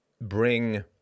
bring